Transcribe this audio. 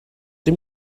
dim